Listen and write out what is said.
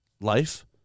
life